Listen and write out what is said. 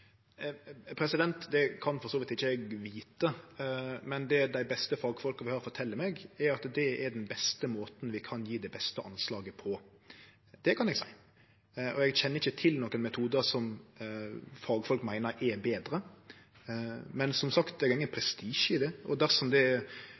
Det kan for så vidt ikkje eg vite, men det dei beste fagfolka vi har, fortel meg, er at det er den beste måten vi kan gje det beste anslaget på. Det kan eg seie. Eg kjenner ikkje til nokon metode som fagfolk meiner er betre, men som sagt: Eg har ingen